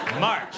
March